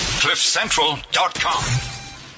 cliffcentral.com